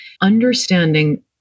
understanding